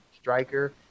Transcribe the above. striker